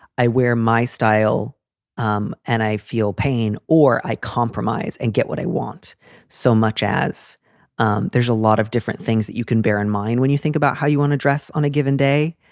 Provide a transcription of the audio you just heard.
i wear my style um and i feel pain or i compromise and get what i want so much as um there's a lot of different things that you can bear in mind when you think about how you want to dress on a given day.